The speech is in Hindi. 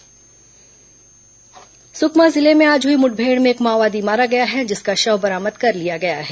माओवादी मुठभेड़ सुकमा जिले में आज हई मुठभेड़ में एक माओवादी मारा गया है जिसका शव बरामद कर लिया गया है